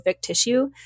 tissue